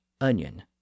onion